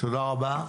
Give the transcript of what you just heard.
תודה רבה.